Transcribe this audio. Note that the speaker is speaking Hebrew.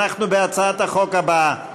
אנחנו בהצעת החוק הבאה.